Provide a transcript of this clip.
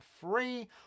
free